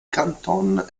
canton